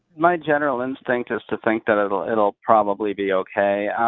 my general instinct is to think that it'll it'll probably be okay.